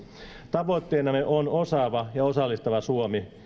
tavoitteenamme on osaava ja osallistava suomi